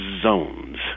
zones